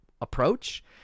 approach